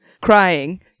crying